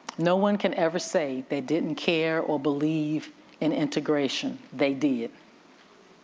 no one can ever say they didn't care or believe in integration, they did,